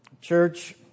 Church